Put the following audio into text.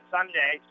Sunday